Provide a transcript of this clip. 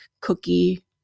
cookie